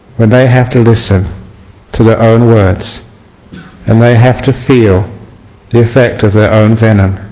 when they have to listen to their own words and they have to feel the effect of their own venom